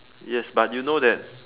yes but you know that